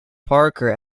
parker